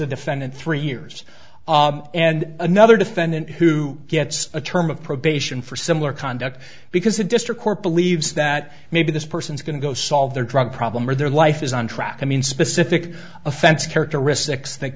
a defendant three years and another defendant who gets a term of probation for similar conduct because the district court believes that maybe this person's going to go solve their drug problem or their life is on track i mean specific offense characteristics that